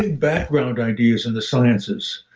background ideas in the sciences.